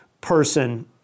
person